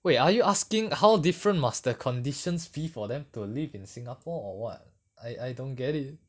wait are you asking how different must the conditions be for them to live in singapore or what I I don't get it